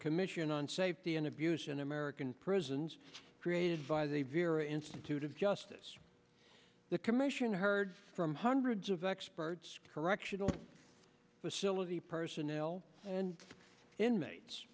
commission on safety and abuse in american prisons created by the vere institute of justice the commission heard from hundreds of experts correctional facility personnel and inmates